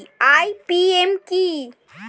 IPM কি?